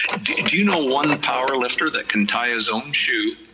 do you know one power lifter that can tie his own shoe,